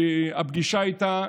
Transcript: הפגישה הייתה,